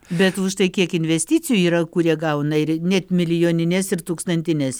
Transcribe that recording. bet už tai kiek investicijų yra kurie gauna ir net milijonines ir tūkstantines